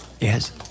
yes